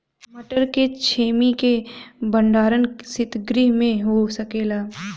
मटर के छेमी के भंडारन सितगृह में हो सकेला?